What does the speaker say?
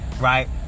right